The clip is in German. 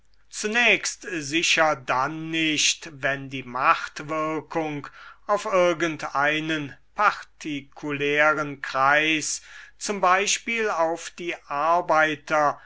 zunächst sicher dann nicht wenn die machtwirkung auf irgend einen partikulären kreis z b auf die arbeiter